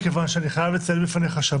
מכיוון שאני חייב לציין בפניך שאני